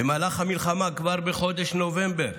במהלך המלחמה, כבר בחודש נובמבר